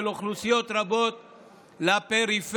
של אוכלוסיות רבות לפריפריה.